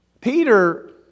Peter